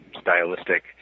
stylistic